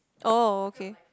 oh okay